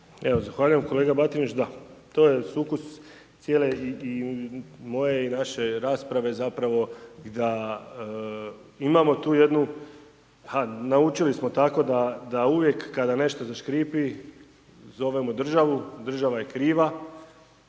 zahvaljujem kolega Batinić. Da, to je sukus cijele i moje i naše rasprave zapravo da imamo tu jednu, a naučili smo tako da uvijek kada nešto zaškripi zovemo državu, država je kriva.